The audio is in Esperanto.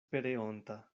pereonta